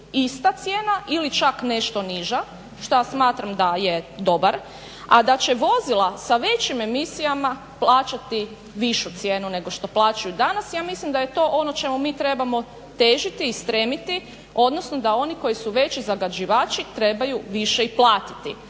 ista cijena ili čak nešto niža što ja smatram da je dobar, a da će vozila sa većim emisijama plaćati višu cijenu nego što plaćaju danas. Ja mislim da je to ono čemu mi trebamo težiti i stremiti, odnosno da oni koji su veći zagađivači trebaju više i platiti.